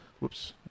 Whoops